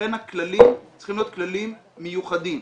לכן הכללים צריכים להיות כללים מיוחדים.